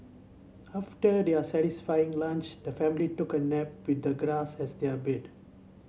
after their satisfying lunch the family took a nap with the grass as their bed